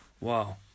Wow